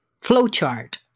flowchart